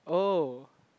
oh